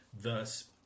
Thus